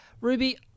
Ruby